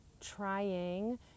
trying